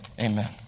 Amen